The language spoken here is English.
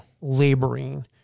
laboring